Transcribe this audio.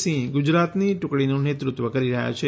સિંહ ગુજરાતની ટુકડીનું નેતૃત્વ કરી રહ્યાં છે